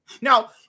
Now